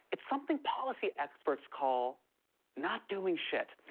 it's something policy experts call not doing shit.